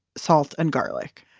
salt, and garlic.